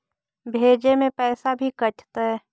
भेजे में पैसा भी कटतै?